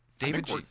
David